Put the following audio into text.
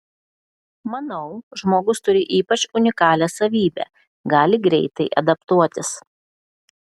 manau žmogus turi ypač unikalią savybę gali greitai adaptuotis